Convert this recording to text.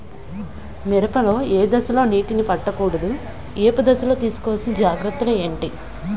మిరప లో ఏ దశలో నీటినీ పట్టకూడదు? ఏపు దశలో తీసుకోవాల్సిన జాగ్రత్తలు ఏంటి?